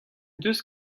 deus